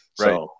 Right